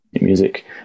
music